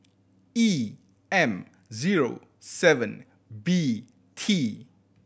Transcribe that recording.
E M zero seven B T